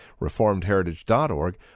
reformedheritage.org